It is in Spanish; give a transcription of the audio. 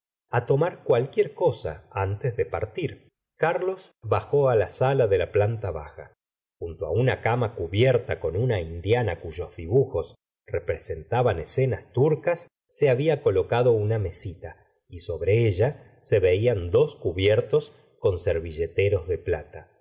rouault tomar cualquier cosa antes de partir carlos bajó á la sala de la planta baja junto una cama cubierta con una indiana cuyos dibujos representaban escenas turcas se había colocado una mesita y sobre ella se veían dos cubiertos con servilleteros de plata